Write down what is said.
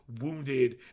wounded